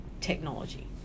technology